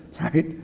right